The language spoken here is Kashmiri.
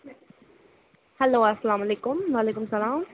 ہیلو اسلام علیکُم وعلیکُم سَلام